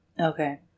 okay